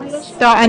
שלום רב,